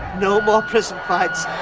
no more prison fights